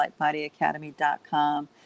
LightBodyAcademy.com